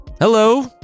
Hello